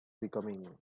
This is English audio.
becoming